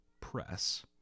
press